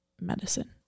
medicine